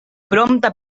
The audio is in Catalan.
prompte